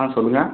ஆ சொல்லுங்கள்